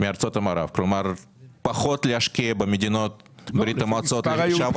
כלומר פחות להשקיע במדינות ברית המועצות לשעבר,